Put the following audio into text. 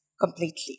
completely